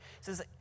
says